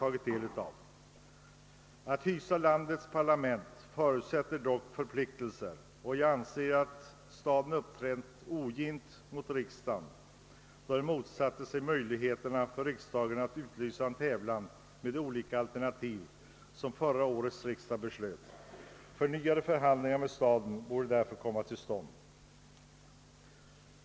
Att hysa landets parlament innebär dock förpliktelser, och jag anser att staden uppträtt ogint mot riksdagen då den motsatt sig möjligheterna att utlysa en tävlan med de olika alternativ som förra årets riksdag beslöt. Förnyade förhandlingar med staden borde därför komma till stånd.